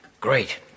Great